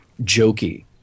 jokey